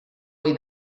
ohi